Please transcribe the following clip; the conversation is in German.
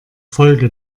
folge